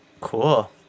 Cool